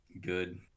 Good